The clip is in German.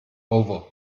over